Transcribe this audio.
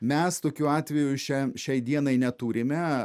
mes tokiu atveju šią šiai dienai neturime